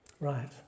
Right